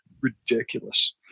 ridiculous